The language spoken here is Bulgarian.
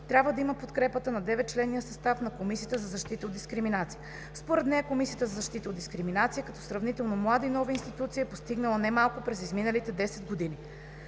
трябва да има подкрепата на 9-членния състав на Комисията за защита от дискриминация. Според нея Комисията за защита от дискриминация като сравнително млада и нова институция, е постигнала не малко през изминалите 10 години.